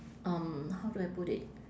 um how do I put it